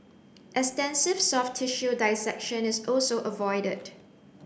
extensive soft tissue dissection is also avoided